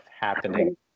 happening